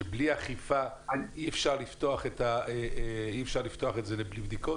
שבלי אכיפה אי אפשר לפתוח את זה לבדיקות?